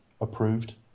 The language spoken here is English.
approved